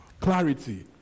Clarity